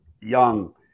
young